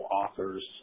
authors